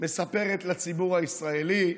מספרת לציבור הישראלי.